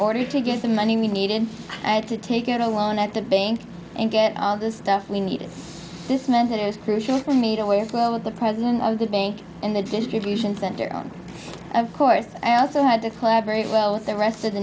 order to get the money we needed and to take out a loan at the bank and get all the stuff we needed this meant it was crucial for me to work well with the president of the bank in the distribution center on of course i also had to collaborate well with the rest of the